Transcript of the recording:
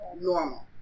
normal